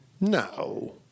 No